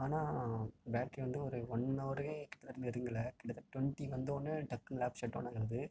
ஆனால் பேட்ரி வந்து ஒரு ஒன் ஹவரே கிட்டத்தட்ட நெருங்கலை கிட்டத்தட்ட டொண்டி வந்தோடனே டக்குன்னு லேப் ஷட் டௌன் ஆகுறது